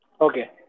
Okay